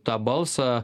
tą balsą